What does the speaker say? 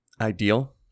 ideal